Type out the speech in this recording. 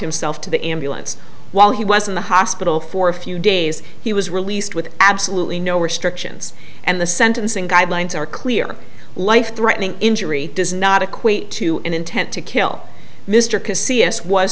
himself to the ambulance while he was in the hospital for a few days he was released with absolutely no restrictions and the sentencing guidelines are clear life threatening injury does not equate to an intent to kill mr cause c s was